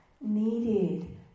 needed